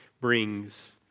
brings